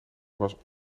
was